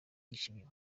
yishimye